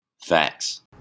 Facts